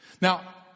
Now